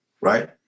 right